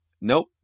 Nope